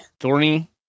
Thorny